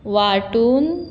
वाटून